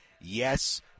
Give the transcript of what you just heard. Yes